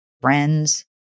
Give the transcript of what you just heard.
friends